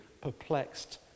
perplexed